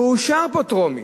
ואושרה בטרומית,